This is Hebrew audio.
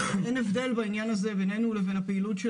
בעניין הזה אין הבדל בינינו לבין הפעילות של